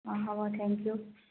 অঁ হ'ব thank U